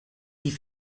die